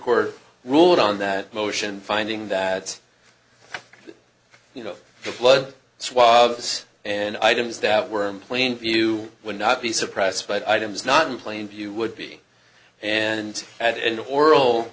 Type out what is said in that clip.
court ruled on that motion finding that you know blood swabs and items that were plain view would not be suppressed but items not in plain view would be and and oral